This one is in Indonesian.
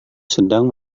sedang